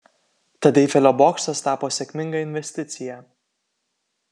tad eifelio bokštas tapo sėkminga investicija